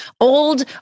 old